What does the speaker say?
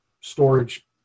storage